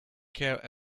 care